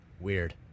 Weird